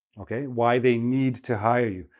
okay, why they need to hire you,